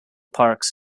parks